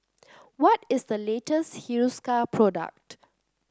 what is the latest Hiruscar product